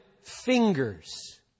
fingers